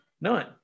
None